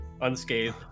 unscathed